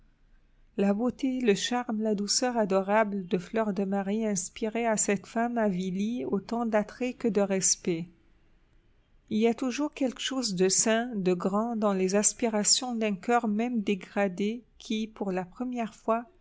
la beauté le charme la douceur adorable de fleur de marie inspiraient à cette femme avilie autant d'attrait que de respect il y a toujours quelque chose de saint de grand dans les aspirations d'un coeur même dégradé qui pour la première fois